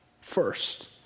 first